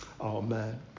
Amen